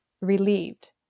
relieved